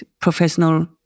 professional